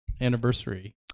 anniversary